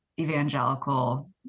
evangelical